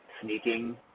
sneaking